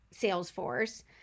salesforce